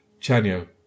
Chanyo